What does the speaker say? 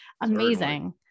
Amazing